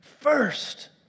first